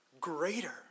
greater